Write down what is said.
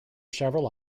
several